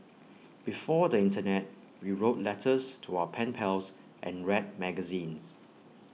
before the Internet we wrote letters to our pen pals and read magazines